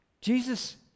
Jesus